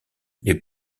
les